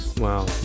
Wow